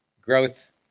growth